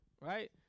Right